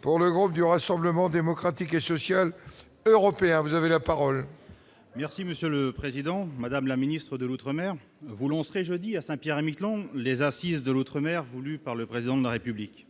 pour le groupe du Rassemblement démocratique et social européen, vous avez la parole. Merci Monsieur le Président, Madame la Ministre, de l'Outre-mer voulons serait jeudi à Saint-Pierre-et-Miquelon, les assises de l'Outre-mer, voulue par le président de la République,